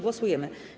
Głosujemy.